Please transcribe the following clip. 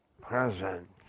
present